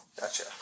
Gotcha